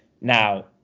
Now